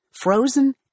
frozen